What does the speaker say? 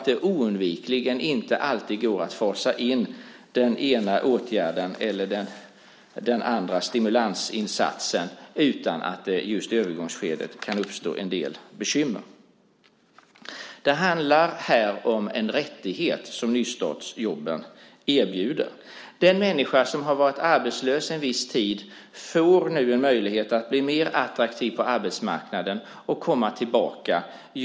Det går inte alltid att fasa in den ena åtgärden eller den andra stimulansinsatsen utan att det i övergångsskedet kan uppstå en del bekymmer. Det handlar om en rättighet som nystartsjobben erbjuder. Den människa som har varit arbetslös en viss tid får nu en möjlighet att bli mer attraktiv på arbetsmarknaden och komma tillbaka.